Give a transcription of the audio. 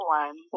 one